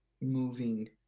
moving